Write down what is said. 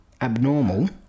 abnormal